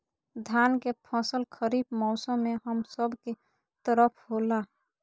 धान के फसल खरीफ मौसम में हम सब के तरफ होला